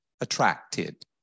attracted